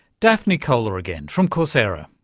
daphne koller again from coursera.